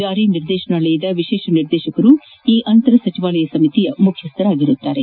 ಜಾರಿ ನಿರ್ದೇಶನಾಲಯದ ವಿಶೇಷ ನಿರ್ದೇಶಕರು ಈ ಅಂತರ ಸಚಿವಾಲಯ ಸಮಿತಿಯ ಮುಖ್ಯಸ್ಥರಾಗಿರಲಿದ್ದಾರೆ